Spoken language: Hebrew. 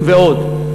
ועוד.